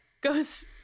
Goes